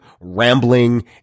rambling